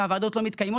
והוועדות לא מתקיימות.